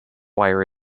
wire